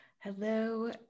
Hello